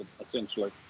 essentially